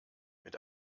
mit